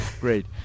great